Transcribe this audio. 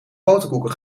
boterkoeken